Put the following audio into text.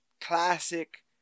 classic